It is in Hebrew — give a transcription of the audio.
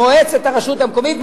מועצת הרשות המקומית,